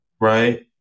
right